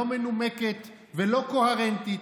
לא מנומקת ולא קוהרנטית,